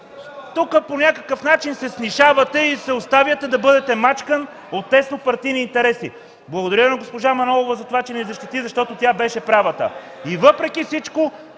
тук по някакъв начин се снишавате и се оставяте да бъдете мачкан от теснопартийни интереси. Благодаря на госпожа Манолова за това, че ни защити, защото тя беше права. И въпреки всичко